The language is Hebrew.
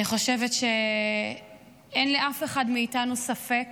אני חושבת שאין לאף אחד מאיתנו ספק